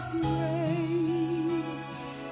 grace